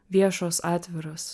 viešos atviros